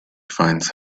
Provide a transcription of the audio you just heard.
finds